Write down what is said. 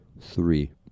three